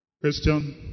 Question